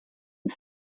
ist